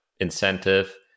incentive